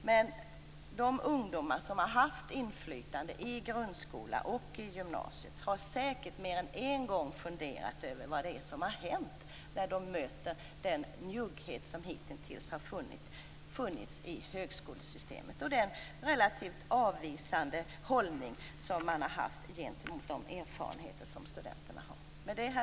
Men de ungdomar som har haft inflytande i grundskolan och i gymnasiet har säkert fler än en gång funderat över vad det är som har hänt när de möter den njugghet som hitintills har funnits i högskolesystemet och den relativt avvisande hållning som man har haft gentemot de erfarenheter som studenterna har.